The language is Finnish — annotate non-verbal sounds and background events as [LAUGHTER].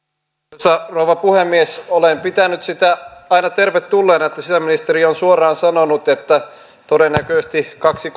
arvoisa rouva puhemies olen pitänyt sitä aina tervetulleena että sisäministeri on suoraan sanonut että todennäköisesti kaksi [UNINTELLIGIBLE]